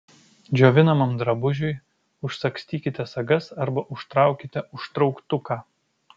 džiovinamam drabužiui užsagstykite sagas arba užtraukite užtrauktuką